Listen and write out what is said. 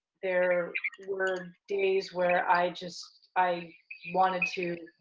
there were days where i just, i wanted to